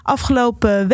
Afgelopen